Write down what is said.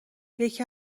یکی